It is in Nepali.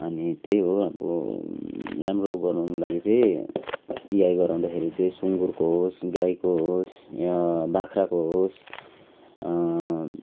अनि त्यही हो अब राम्रो बनाउनुको लागि चाहिँ एआई गराउँदाखेरि चाहिँ सुँगुरको होस् गाईको होस् या बाख्राको होस्